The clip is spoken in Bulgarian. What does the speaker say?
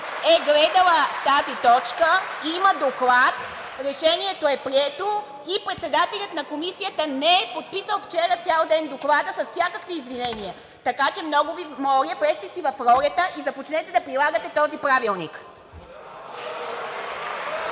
е гледала точката, има доклад и Решението е прието. Председателят на Комисията не е подписал вчера доклада с всякакви извинения, така че, много Ви моля, влезте си в ролята и започнете да прилагате този Правилник.